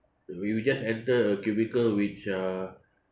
we will just enter a cubicle which uh